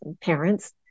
parents